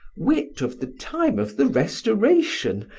wit of the time of the restoration,